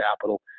capital